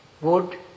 wood